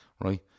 right